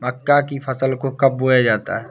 मक्का की फसल को कब बोया जाता है?